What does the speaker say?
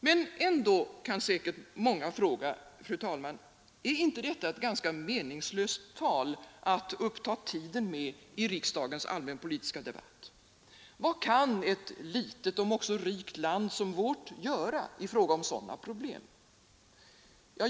Men ändå, fru talman, kan säkert många fråga: Är inte detta ett ganska meningslöst tal att uppta tiden med i riksdagens allmänpolitiska debatt? Vad kan ett litet, om också rikt land som vårt göra i fråga om sådana problem?